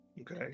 Okay